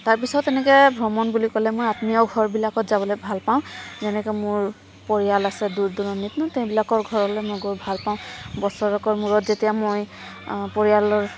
তাৰপিছত এনেকৈ ভ্ৰমণ বুলি ক'লে মই আত্মীয়ৰ ঘৰবিলাকত যাবলৈ ভাল পাওঁ যেনেকৈ মোৰ পৰিয়ালা আছে দূৰ দূৰণিত তেওঁবিলাকৰ ঘৰলৈ মই গৈ ভাল পাওঁ বছৰেকৰ মূৰত যেতিয়া মই পৰিয়ালৰ